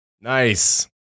Nice